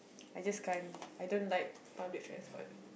I just can't I don't like public transport